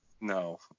no